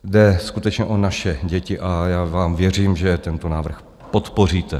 Jde skutečně o naše děti a já vám věřím, že tento návrh podpoříte.